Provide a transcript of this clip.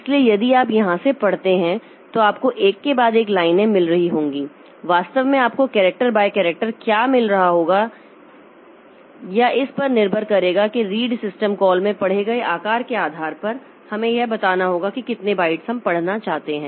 इसलिए यदि आप यहां से पढ़ते हैं तो आपको एक के बाद एक लाइनें मिल रही होंगी वास्तव में आपको करैक्टर बाई करैक्टर क्या मिल रहा होगा या इस पर निर्भर करेगा कि रीड सिस्टम कॉल में पढ़े गए आकार के आधार पर हमें यह बताना होगा कि कितने बाइट्स हम पढ़ना चाहते हैं